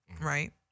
right